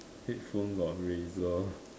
headphone got Razor